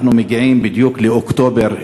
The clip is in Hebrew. אנחנו מגיעים בדיוק לאוקטובר,